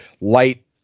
light